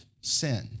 sin